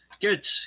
Good